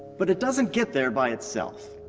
but it doesn't get there by itself.